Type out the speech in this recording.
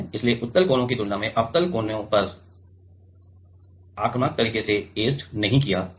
इसलिए उत्तल कोनों की तुलना में अवतल कोनों को आक्रामक तरीके से ऐचेड नहीं किया गया है